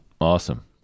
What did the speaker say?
Awesome